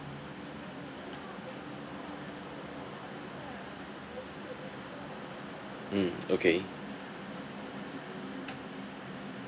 mm okay